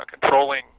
controlling